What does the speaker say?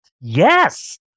Yes